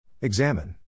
Examine